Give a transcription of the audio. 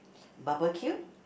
barbecue